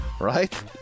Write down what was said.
right